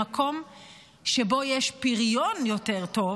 למקום שבו יש פריון יותר טוב.